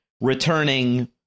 returning